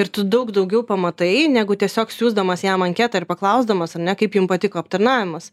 ir tu daug daugiau pamatai negu tiesiog siųsdamas jam anketą ir paklausdamas ar ne kaip jum patiko aptarnavimas